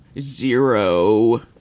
Zero